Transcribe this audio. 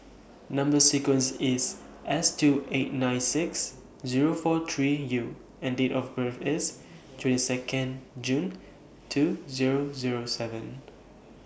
Number sequence IS S two eight nine six Zero four three U and Date of birth IS twenty Second June two Zero Zero seven